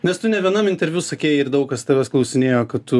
nes tu ne vienam interviu sakei ir daug kas tavęs klausinėjo kad tu